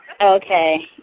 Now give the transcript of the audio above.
Okay